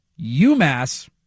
UMass